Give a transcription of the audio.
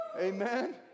Amen